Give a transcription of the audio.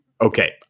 okay